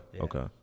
okay